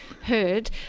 heard